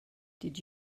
did